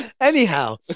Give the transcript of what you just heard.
anyhow